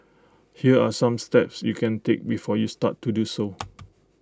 here are some steps you can take before you start to do so